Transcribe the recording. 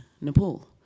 Nepal